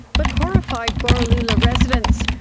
but horrified borroloola residents,